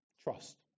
trust